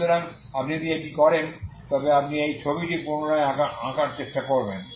সুতরাং আপনি যদি এটি করেন তবে আপনি এই ছবিটি পুনরায় আঁকার চেষ্টা করবেন